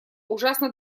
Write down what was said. ужасно